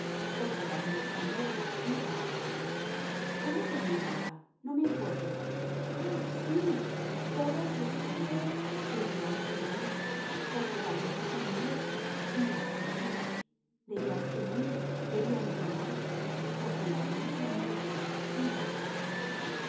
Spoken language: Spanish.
porque la hermosa novia iba a pasar cómo terminaba no me acuerdo ah sí todos los caminos debían gemir porque la hermosa muerta iba a salir debían gemir debían llorar porque la hermosa muerta iba a pasar